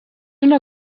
una